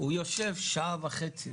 הוא יושב שעה וחצי.